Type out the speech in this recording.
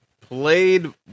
played